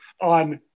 on